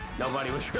nobody was really